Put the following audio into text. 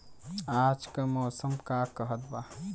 आज क मौसम का कहत बा?